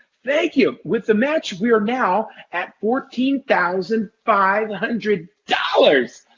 thank you. with the match we're now at fourteen thousand five hundred dollars.